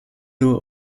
nur